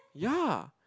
ya